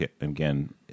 again